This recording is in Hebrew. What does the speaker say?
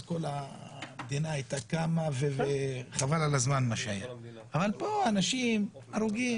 אז כל המדינה הייתה קמה וחבל על הזמן מה שהיה אבל פה עוד הרוג,